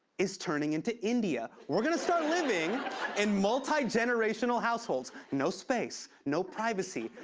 is turning into india. we're gonna start living in multi-generational households. no space, no privacy.